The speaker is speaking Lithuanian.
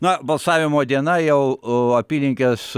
na balsavimo diena jau o apylinkės